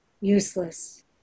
useless